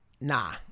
nah